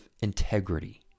integrity